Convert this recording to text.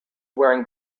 wearing